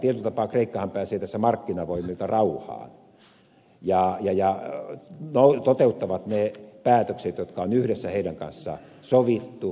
tietyllä tapaa kreikkahan pääsee tässä markkinavoimilta rauhaan ja he toteuttavat ne päätökset jotka on yhdessä heidän kanssaan sovittu